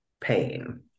pain